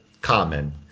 common